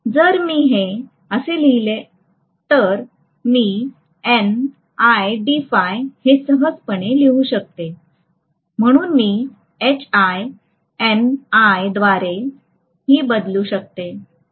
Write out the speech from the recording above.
जर मी हे असे लिहिले तर मी हे सहजपणे असे लिहू शकते म्हणून मी Hl NI द्वारे ही बदलू शकते